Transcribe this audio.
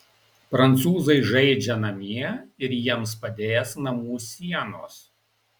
prancūzai žaidžia namie ir jiems padės namų sienos